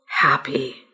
happy